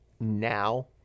now